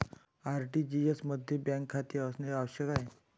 RTGS मध्ये bank खाते असणे आवश्यक आहे